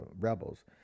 rebels